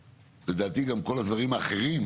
ולדעתי גם כל הדברים האחרים